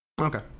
okay